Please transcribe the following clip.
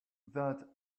that